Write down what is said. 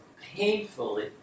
painfully